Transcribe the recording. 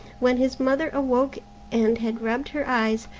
when his mother awoke and had rubbed her eyes,